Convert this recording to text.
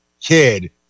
kid